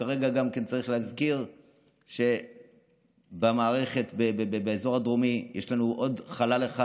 כרגע גם צריך להזכיר שבמערכת באזור הדרומי יש לנו עוד חלל אחד.